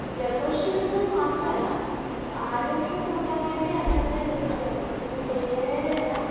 ജലദോഷമെന്ന് മാത്രമല്ല ആരോഗ്യം കൂട്ടാൻ വേണ്ടി അങ്ങനത്തെ ഇതൊക്കെ ചെയ്യാറുണ്ട് പിന്നെ പേരയുടെ ഇല